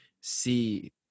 see